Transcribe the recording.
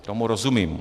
Tomu rozumím.